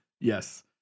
Yes